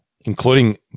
including